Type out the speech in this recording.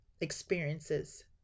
experiences